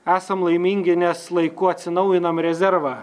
esam laimingi nes laiku atsinaujinam rezervą